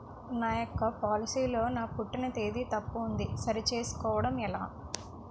నా యెక్క పోలసీ లో నా పుట్టిన తేదీ తప్పు ఉంది సరి చేసుకోవడం ఎలా?